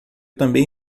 também